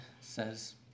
says